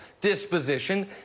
disposition